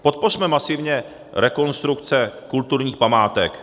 Podpořme masivně rekonstrukce kulturních památek.